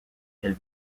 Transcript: elles